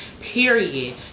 period